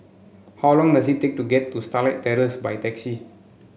how long does it take to get to Starlight Terrace by taxi